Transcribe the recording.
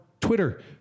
Twitter